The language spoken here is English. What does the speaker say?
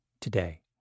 today